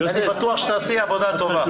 אני בטוח שתעשי עבודה טובה.